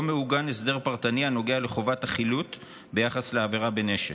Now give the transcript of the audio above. לא מעוגן הסדר פרטני הנוגע לחובת החילוט ביחס לעבירה בנשק.